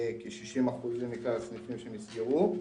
כ-60% מכלל הסניפים שנסגרו.